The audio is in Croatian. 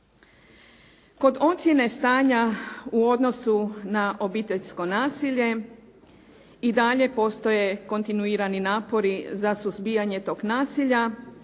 Kod ocjene stanja u odnosu na obiteljsko nasilje i dalje postoje kontinuirani napori za suzbijanje tog nasilja